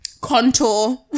contour